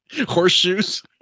Horseshoes